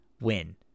win